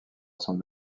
son